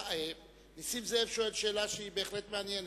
נסים זאב שואל שאלה בהחלט מעניינת,